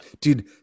Dude